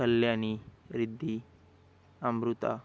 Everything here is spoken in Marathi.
कल्यानी रिद्धी अमृता